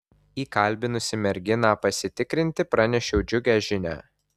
įkalbinusi merginą pasitikrinti pranešiau džiugią žinią